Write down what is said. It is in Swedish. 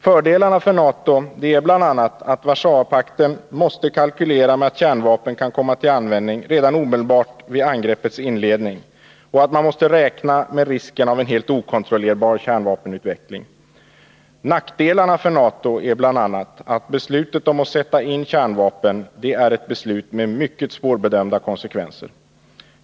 Fördelarna för NATO är bl.a. att Warszawapakten måste kalkylera med att kärnvapen kan komma till användning redan omedelbart vid angreppets inledning och att man måste räkna med risken av en helt okontrollerbar kärnvapenutveckling. Nackdelarna för NATO är bl.a. att beslutet att sätta in kärnvapen är ett beslut med mycket svårbedömda konsekvenser.